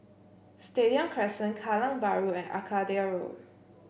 Stadium Crescent Kallang Bahru and Arcadia Road